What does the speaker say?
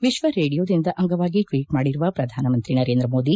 ವಿಶ್ವ ರೇಡಿಯೋ ದಿನದ ಅಂಗವಾಗಿ ಟ್ವೀಟ್ ಮಾಡಿರುವ ಪ್ರಧಾನಮಂತ್ರಿ ನರೇಂದ್ರ ಮೋದಿ